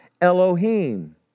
Elohim